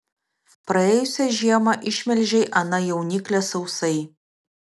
praėjusią žiemą išmelžei aną jauniklę sausai